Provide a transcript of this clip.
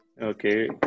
Okay